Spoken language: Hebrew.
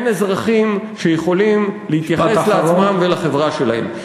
אין אזרחים שיכולים להתייחס לעצמם ולחברה שלהם,